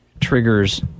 triggers